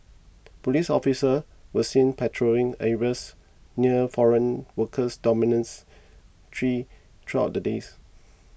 police officers were seen patrolling areas near foreign workers dominants tree throughout the days